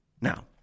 Now